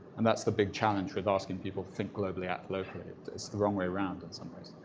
and that's the big challenge with asking people to think globally act locally. it's the wrong way around in some ways.